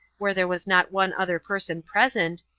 where there was not one other person present,